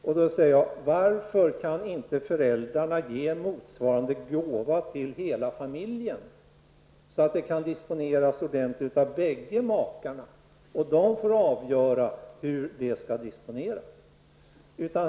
Då frågar jag: Varför kan inte föräldrarna ge motsvarande gåva till hela familjen, så att den kan disponeras ordentligt av bägge makarna, som får avgöra själva hur den skall disponeras?